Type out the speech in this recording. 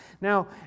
Now